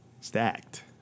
stacked